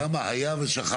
טוב, היה ושכחנו.